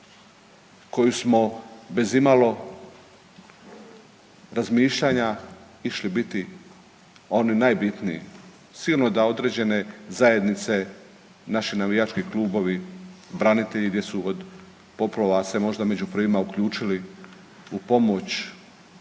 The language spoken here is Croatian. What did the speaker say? koju smo bez imalo razmišljanja išli biti oni najbitniji. Sigurno da određene zajednice naši navijački klubovi, branitelji gdje su od poplava se možda među prvima uključili u pomoć,